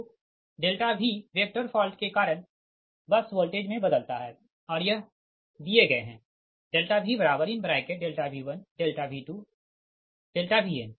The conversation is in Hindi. तो V वेक्टर फॉल्ट के कारण बस वोल्टेज में बदलता है और यह दिए गए है VV1 V2 Vn